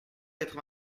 quatre